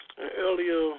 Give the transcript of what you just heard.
Earlier